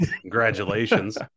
Congratulations